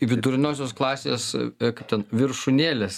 viduriniosios klasės e kaip ten viršūnėlės